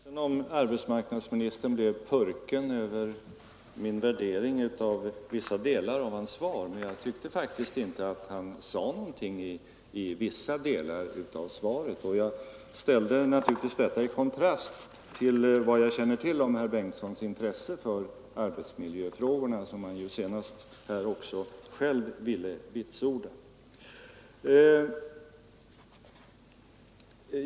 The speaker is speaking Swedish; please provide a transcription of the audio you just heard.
Herr talman! Även om arbetsmarknadsministern blev purken över min värdering av vissa delar av hans svar tyckte jag faktiskt inte att han sade någonting alls i vissa delar av svaret. Jag ställde naturligtvis detta i kontrast mot vad jag känner till om herr Bengtssons intresse för arbetsmiljöfrågorna, vilket han här senast också själv ville vitsorda.